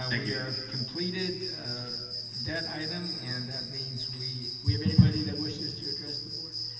ah we are completed that item and that means we, we have anybody that wishes to address the board?